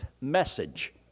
message